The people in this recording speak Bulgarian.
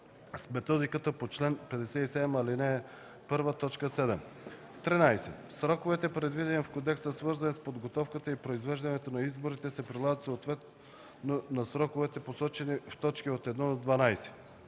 с методиката по чл. 57, ал. 1, т. 7; 13. сроковете, предвидени в кодекса, свързани с подготовката и произвеждането на изборите, се прилагат съответно на сроковете, посочени в т. 1-12.”